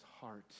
heart